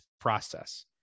process